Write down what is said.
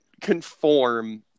conform